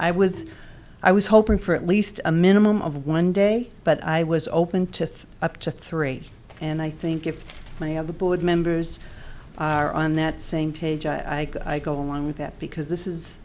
i was i was hoping for at least a minimum of one day but i was open to up to three and i think if any of the board members are on that same page i go along with that because this is